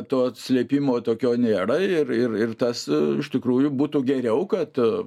to slėpimo tokio nėra ir ir ir tas iš tikrųjų būtų geriau kad